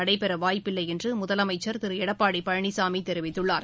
நடைபெறவாய்ப்பில்லைஎன்றுமுதலமைச்சர் திருஎடப்பாடிபழனிசாமிதெரிவித்துள்ளார்